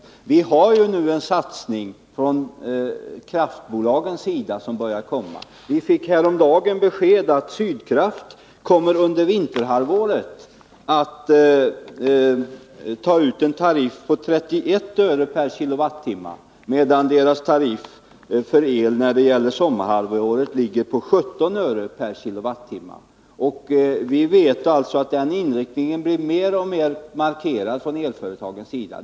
Kraftbolagen gör ju en satsning som nu börjar visa sig. Vi fick häromdagen besked om att Sydkraft under vinterhalvåret kommer att ha en tariff som innebär att man tar ut 31 öre kWh. Vi vet att den inriktningen från elföretagens sida blir mer och mer markerad.